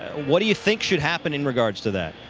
what do you think should happen in regards to that?